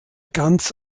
ganz